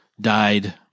died